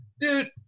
Dude